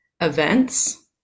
events